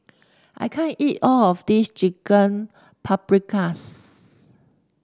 I can't eat all of this Chicken Paprikas